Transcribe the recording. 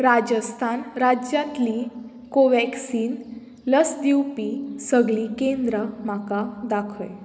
राजस्थान राज्यांतली कोव्हॅक्सिन लस दिवपी सगळीं केंद्रां म्हाका दाखय